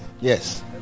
yes